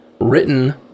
written